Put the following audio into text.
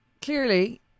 Clearly